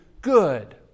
good